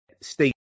State